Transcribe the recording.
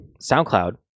SoundCloud